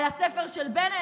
על הספר של בנט?